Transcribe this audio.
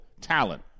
talent